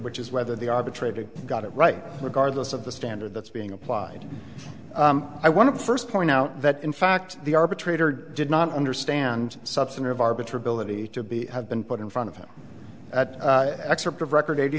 which is whether the arbitrator got it right regardless of the standard that's being applied i want to first point out that in fact the arbitrator did not understand substantive arbiter ability to be have been put in front of him at excerpt of record eighty